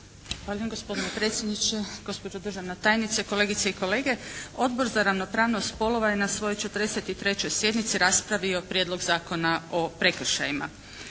Zahvaljujem. Gospodine predsjedniče, gospođo državna tajnice, kolegice i kolege. Odbor za ravnopravnost spolova je na svojoj 43. sjednici raspravio Prijedlog zakona o prekršajima.